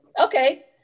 okay